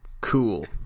Cool